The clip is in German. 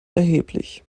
erheblich